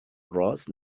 ross